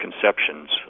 conceptions